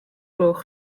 gloch